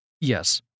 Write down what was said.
Yes